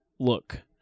look